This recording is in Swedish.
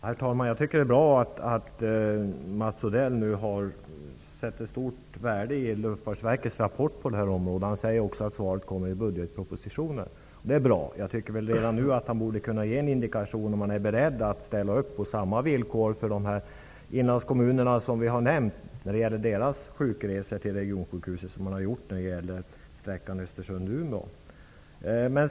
Herr talman! Jag tycker att det är bra att Mats Odell ser ett stort värde i Luftfartsverkets rapport. Kommunikationsministern säger också att svaret kommer i budgetpropositionen, och det är bra, men jag tycker att han redan nu borde kunna ge en indikation på om han är beredd att ställa upp på att ge samma villkor för inlandskommunerna när det gäller sjukresor till regionsjukhusen som på sträckan Östersund--Umeå.